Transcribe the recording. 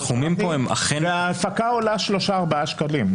ההפקה עולה שלושה-ארבעה שקלים.